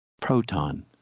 proton